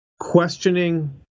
questioning